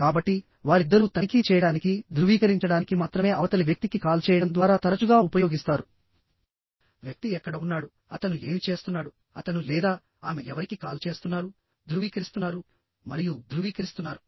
కాబట్టివారిద్దరూ తనిఖీ చేయడానికి ధృవీకరించడానికి మాత్రమే అవతలి వ్యక్తికి కాల్ చేయడం ద్వారా తరచుగా ఉపయోగిస్తారు వ్యక్తి ఎక్కడ ఉన్నాడు అతను ఏమి చేస్తున్నాడుఅతను లేదా ఆమె ఎవరికి కాల్ చేస్తున్నారుధృవీకరిస్తున్నారు మరియు ధృవీకరిస్తున్నారు